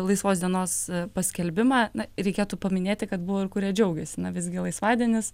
laisvos dienos paskelbimą na reikėtų paminėti kad buvo ir kurie džiaugėsi na visgi laisvadienis